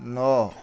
ନଅ